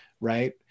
right